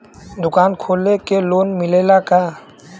दुकान खोले के लोन मिलेला का?